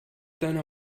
deiner